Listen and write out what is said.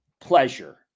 pleasure